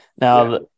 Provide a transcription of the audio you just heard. now